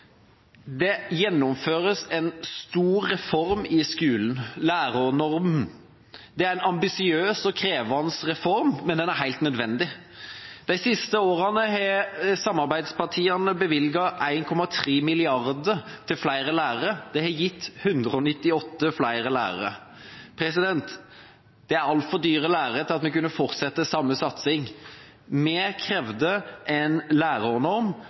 Det gjennomføres en stor reform i skolen – lærernormen. Det er en ambisiøs og krevende reform, men den er helt nødvendig. De siste årene har samarbeidspartiene bevilget 1,3 mrd. kr til flere lærere. Det har gitt 198 flere lærere. Det er altfor dyre lærere til at vi kunne ha fortsatt samme satsing. Vi krevde en lærernorm